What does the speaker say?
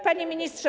Panie Ministrze!